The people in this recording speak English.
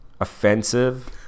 offensive